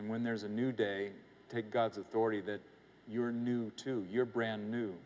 and when there's a new day take god's authority that you are new to your brand new